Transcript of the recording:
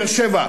באר-שבע,